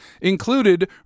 included